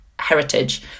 heritage